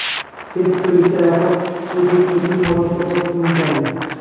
সেত সরিষা একর প্রতি প্রতিফলন কত কুইন্টাল?